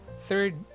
third